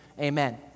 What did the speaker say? amen